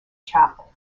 chapel